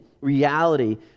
reality